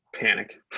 panic